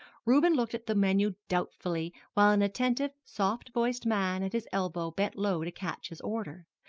reuben looked at the menu doubtfully, while an attentive, soft-voiced man at his elbow bent low to catch his order.